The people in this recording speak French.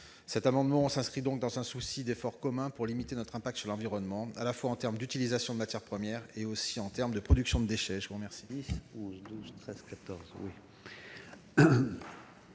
Cet amendement s'inscrit donc dans un souci d'effort commun pour limiter notre impact sur l'environnement, à la fois en termes d'utilisation de matières premières et de production de déchets. Quel